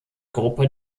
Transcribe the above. gruppe